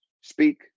speak